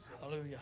Hallelujah